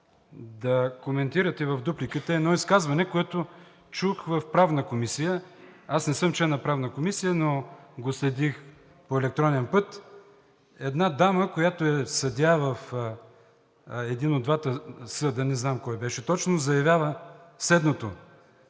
да коментирате в дупликата едно изказване, което чух в Правната комисия. Не съм член на Правната комисия, но го следих по електронен път. Една дама, която е съдия в един от двата съда, не знам кой беше точно, заявява следното: